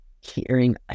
hearing